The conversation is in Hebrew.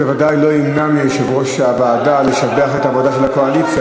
זה ודאי לא ימנע מיושב-ראש הוועדה לשבח את העבודה של הקואליציה,